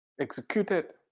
executed